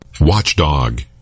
Watchdog